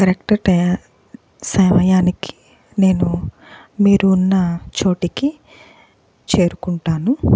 correct టైయా సమయానికి నేను మీరు ఉన్న చోటుకి చేరుకుంటాను